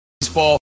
Baseball